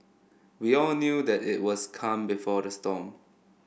we all knew that it was calm before the storm